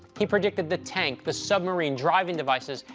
he predicted the tank, the submarine, driving devices.